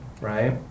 right